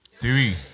Three